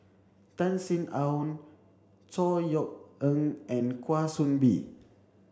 Tan Sin Aun Chor Yeok Eng and Kwa Soon Bee